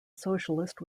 socialist